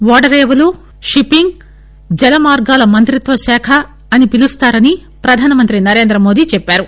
ఓడరేవులు shipping జలమార్గాల మంత్రిత్వశాఖ అని పిలుస్తారని ప్రధాన మంత్రి నరేంద్రమోదీ చెప్పారు